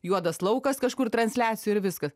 juodas laukas kažkur transliacijoj ir viskas